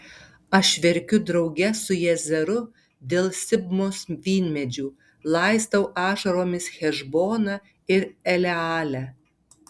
aš verkiu drauge su jazeru dėl sibmos vynmedžių laistau ašaromis hešboną ir elealę